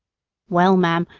well, ma'am,